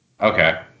Okay